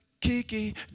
Kiki